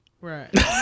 right